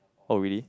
or we